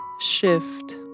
shift